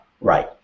Right